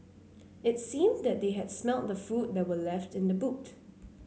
it seemed that they had smelt the food that were left in the boot